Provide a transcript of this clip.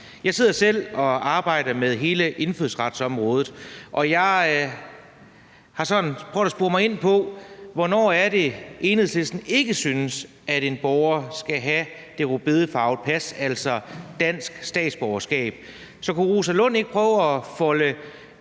Jeg sidder selv og arbejder med hele indfødsretsområdet, og jeg har sådan prøvet at spore mig ind på, hvornår Enhedslisten ikke synes, at en borger skal have det rødbedefarvede pas, altså dansk statsborgerskab. Så kunne fru Rosa Lund ikke prøve at folde